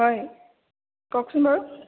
হয় কওকচোন বাৰু